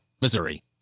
Missouri